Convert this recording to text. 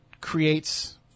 creates